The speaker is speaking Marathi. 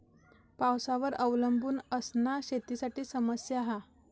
पावसावर अवलंबून असना शेतीसाठी समस्या हा